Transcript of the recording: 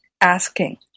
asking